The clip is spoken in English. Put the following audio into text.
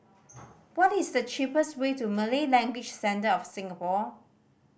what is the cheapest way to Malay Language Centre of Singapore